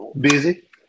Busy